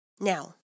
Now